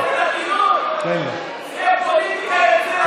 אצלי הפוליטיקה,